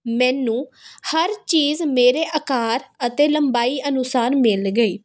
ਮੈਨੂੰ ਹਰ ਚੀਜ਼ ਮੇਰੇ ਆਕਾਰ ਅਤੇ ਲੰਬਾਈ ਅਨੁਸਾਰ ਮਿਲ ਗਈ